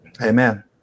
Amen